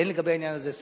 אין לגבי העניין הזה ספק.